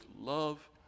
love